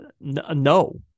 no